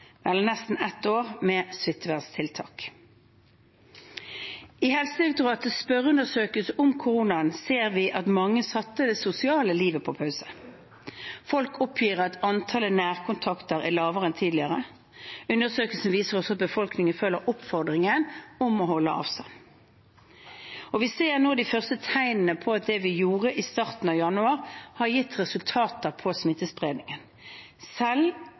med smitteverntiltak. I Helsedirektoratets spørreundersøkelse om korona ser vi at mange satte det sosiale livet på pause. Folk oppgir at antallet nærkontakter er lavere enn tidligere. Undersøkelsen viser også at befolkningen følger oppfordringen om å holde avstand. Vi ser nå de første tegnene på at det vi gjorde i starten av januar, har gitt resultater på smittespredningen, selv